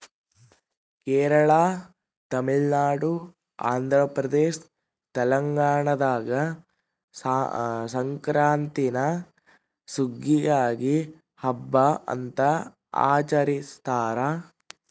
ಕೇರಳ ತಮಿಳುನಾಡು ಆಂಧ್ರಪ್ರದೇಶ ತೆಲಂಗಾಣದಾಗ ಸಂಕ್ರಾಂತೀನ ಸುಗ್ಗಿಯ ಹಬ್ಬ ಅಂತ ಆಚರಿಸ್ತಾರ